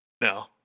No